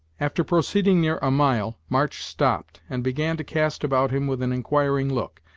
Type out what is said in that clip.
after proceeding near a mile, march stopped, and began to cast about him with an inquiring look,